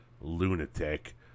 lunatic